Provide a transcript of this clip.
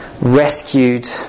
rescued